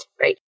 right